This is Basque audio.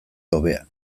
hobea